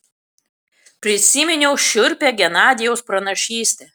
prisiminiau šiurpią genadijaus pranašystę